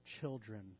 children